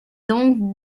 donc